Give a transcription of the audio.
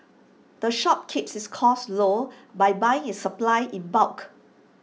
the shop keeps its costs low by buying its supplies in bulk